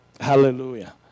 Hallelujah